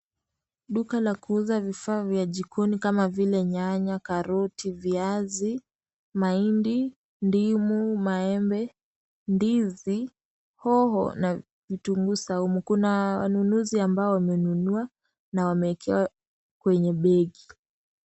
Duka la kuuza vifaa vya jikoni kama vile nyanya, karoti, viazi, mahindi, ndimu, maembe, ndizi, hoho na vitunguu saumu, kuna wanunuzi ambao wamenunua na wameekewa kwenye begi.